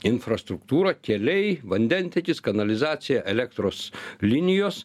infrastruktūrą keliai vandentiekis kanalizacija elektros linijos